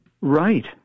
Right